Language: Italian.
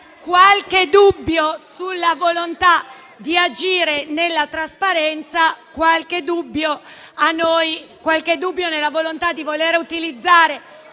qualche dubbio sulla volontà di agire nella trasparenza a noi viene. *(Commenti)*. Qualche dubbio nella volontà di voler utilizzare